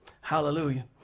Hallelujah